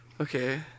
Okay